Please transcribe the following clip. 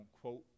quote